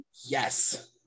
Yes